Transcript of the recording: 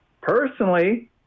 Personally